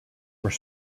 were